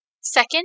Second